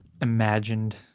imagined